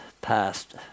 passed